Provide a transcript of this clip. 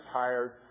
tired